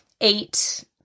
eight